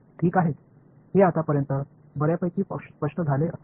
ठीक आहे हे आतापर्यंत बर्यापैकी स्पष्ट झाले असेल